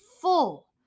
full